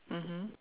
mmhmm